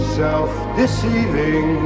self-deceiving